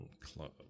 Club